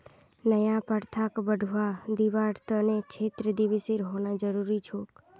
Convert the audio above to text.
नया प्रथाक बढ़वा दीबार त न क्षेत्र दिवसेर होना जरूरी छोक